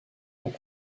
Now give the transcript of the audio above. ont